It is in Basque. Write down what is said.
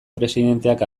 presidenteak